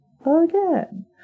again